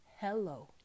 hello